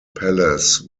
palace